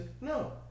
No